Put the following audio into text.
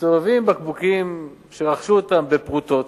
מסתובבים עם בקבוקים שרכשו בפרוטות,